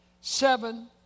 Seven